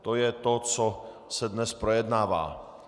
To je to, co se dnes projednává.